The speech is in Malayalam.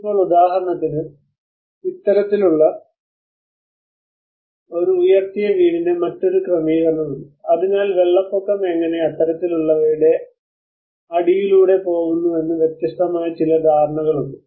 ഇപ്പോൾ ഉദാഹരണത്തിന് ഇത്തരത്തിലുള്ള ഒരു ഉയർത്തിയ വീടിന്റെ മറ്റൊരു ക്രമീകരണം ഉണ്ട് അതിനാൽ വെള്ളപ്പൊക്കം എങ്ങനെ അത്തരത്തിലുള്ളവയുടെ അടിയിലൂടെ പോകുമെന്ന് വ്യത്യസ്തമായ ചില ധാരണകളുണ്ട്